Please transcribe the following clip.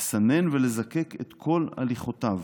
לסנן ולזקק את כל הליכותיו.